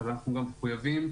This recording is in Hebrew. ואנחנו גם מחויבים,